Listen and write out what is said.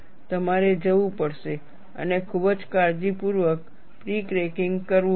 તમારે જવું પડશે અને ખૂબ જ કાળજીપૂર્વક પ્રી ક્રેકીંગ કરવું પડશે